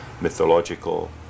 mythological